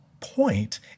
point